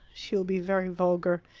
she will be very vulgar.